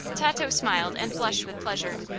tato smiled and blushed with pleasure.